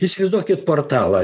įsivaizduokit portalą